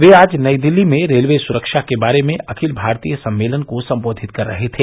वे आज नई दिल्ली में रेलवे सुरक्षा के बारे में अखिल भारतीय सम्मेलन को संबोधित कर रहे थे